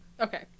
Okay